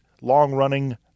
long-running